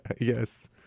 Yes